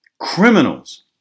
criminals